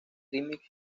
remix